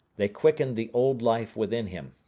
they quickened the old life within him,